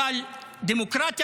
אבל דמוקרטיה